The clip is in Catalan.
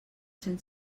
cents